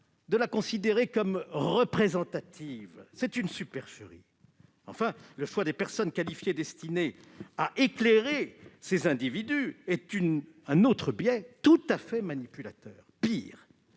de la considérer comme représentative : c'est une supercherie ! Enfin, le choix des personnes qualifiées censées éclairer ces individus constitue un autre biais tout à fait manipulateur. Pire,